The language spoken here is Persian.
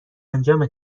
انجام